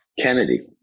kennedy